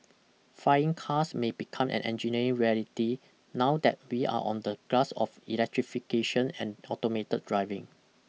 flying cars may become an engineering reality now that we are on the cusp of electrification and automated driving